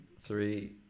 Three